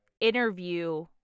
interview